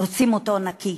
רוצים אותו נקי,